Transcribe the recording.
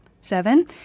Seven